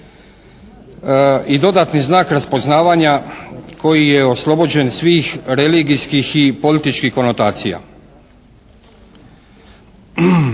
i dodatni znak raspoznavanja koji je oslobođen svih religijskih i političkih konotacija.